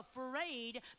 afraid